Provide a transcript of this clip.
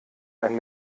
ein